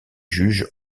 juges